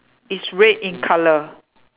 it's red in colour